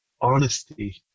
honesty